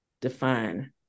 define